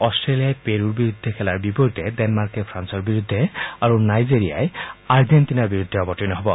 অট্টেলিয়াই পেৰুৰ বিৰুদ্ধে খেলাৰ বিপৰীতে ডেনমাৰ্কে ফ্ৰান্সৰ বিৰুদ্ধে আৰু নাইজেৰিয়াই আৰ্জেণ্টিনাৰ অৱতীৰ্ণ হব